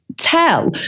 tell